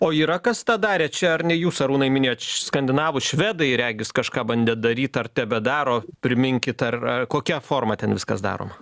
o yra kas tą darė čia ar ne jūs arūnai minėjot iš skandinavų švedai regis kažką bandė daryt ar tebedaro priminkit ar ar kokia forma ten viskas daroma